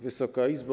Wysoka Izbo!